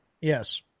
Yes